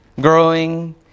Growing